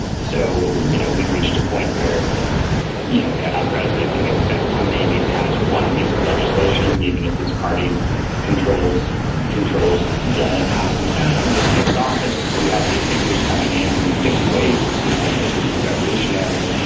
so you know we've reached a point where you know a president can expect to maybe pass one piece of legislation even if it's party controls controls the house and um senate when he takes office. you have these figures coming in in different ways who seem like they could be revolutionary.